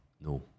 No